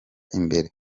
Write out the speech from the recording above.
imbere